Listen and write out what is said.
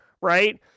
right